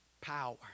power